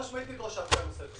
זה לא קשור.